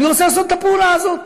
אני רוצה לעשות את הפעולה הזאת,